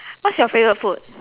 what's your favourite food